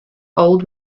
old